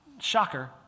shocker